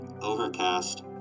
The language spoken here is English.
Overcast